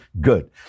Good